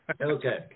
okay